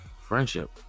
Friendship